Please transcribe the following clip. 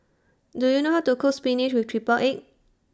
Do YOU know How to Cook Spinach with Triple Egg